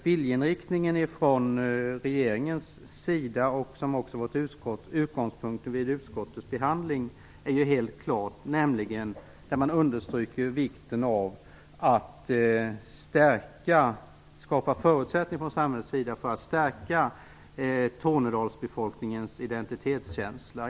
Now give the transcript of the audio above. Viljeinriktningen från regeringens sida, som också varit utgångspunkten för utskottets behandling är helt klar, nämligen att samhället skapar förutsättningar för stärka tornedalsbefolkningens identitetskänsla.